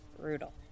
Brutal